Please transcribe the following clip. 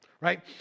right